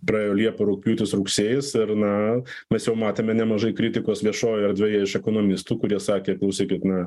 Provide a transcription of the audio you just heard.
praėjo liepa rugpjūtis rugsėjis ir na mes jau matėme nemažai kritikos viešojoje erdvėje iš ekonomistų kurie sakė klausykit na